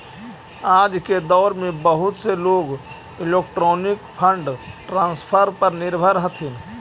आज के दौर में बहुत से लोग इलेक्ट्रॉनिक फंड ट्रांसफर पर निर्भर हथीन